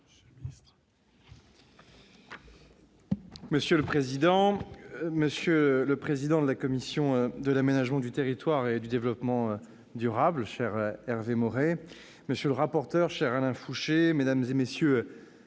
Monsieur le président, monsieur le président de la commission de l'aménagement du territoire et du développement durable, cher Hervé Maurey, monsieur le rapporteur, cher Alain Fouché, mesdames, messieurs